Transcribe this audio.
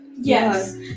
yes